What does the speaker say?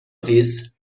vez